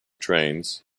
trains